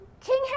King